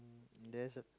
there's a